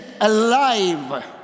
alive